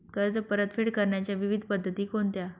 कर्ज परतफेड करण्याच्या विविध पद्धती कोणत्या?